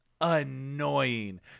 annoying